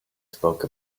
spoke